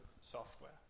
software